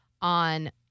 on